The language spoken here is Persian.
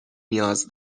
نیاز